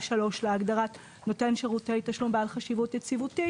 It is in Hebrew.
3 להגדרת "נותן שירותי תשלום בעל חשיבות יציבותית"